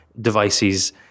devices